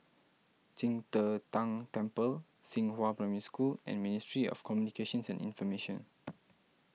Qing De Tang Temple Xinghua Primary School and Ministry of Communications and Information